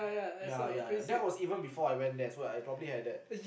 ya ya ya that was even before I went there so I probably have that